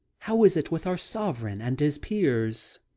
how is it with our sovereign and his peers?